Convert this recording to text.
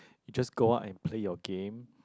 you just go out and play your game